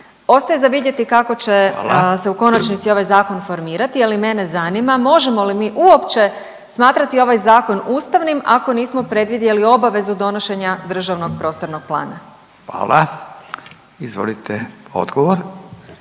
Ostaje za vidjeti kako će…/Upadica Radin: Hvala/…se u konačnici ovaj zakon formirati, ali mene zanima možemo li mi uopće smatrati ovaj zakon ustavnim ako nismo predvidjeli obavezu donošenja državnog prostornog plana. **Radin, Furio